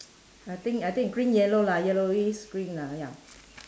I think I think green yellow lah yellowish green lah ya